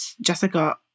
Jessica